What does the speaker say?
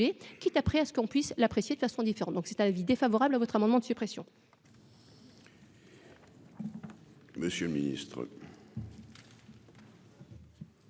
quitte après à ce qu'on puisse l'apprécier de façon différente, donc c'est un avis défavorable à votre amendement de suppression. Monsieur Ministre.